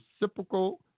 reciprocal